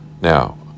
Now